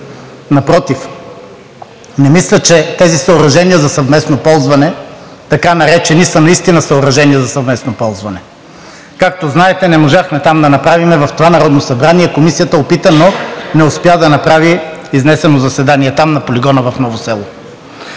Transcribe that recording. Напротив, не мисля, че тези съоръжения за съвместно ползване, така наречени, са наистина съоръжения за съвместно ползване. Както знаете, не можахме там да направим в това Народно събрание, Комисията опита, но не успя да направи изнесено заседание там, на полигона в Ново село.